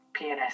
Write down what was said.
PNS